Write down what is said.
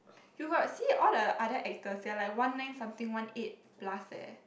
you got see all the other actors they are like one nine something one eight plus eh